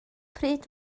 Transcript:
pryd